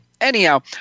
anyhow